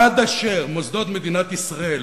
עד אשר מוסדות מדינת ישראל